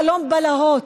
חלום בלהות.